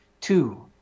Two